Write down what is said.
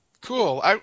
cool